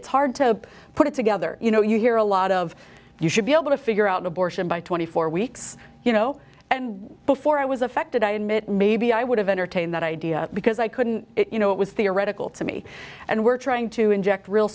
hard to put it together you know you hear a lot of you should be able to figure out abortion by twenty four weeks you know and before i was affected i admit maybe i would have entertained that idea because i couldn't you know it was theoretical to me and were trying to inject real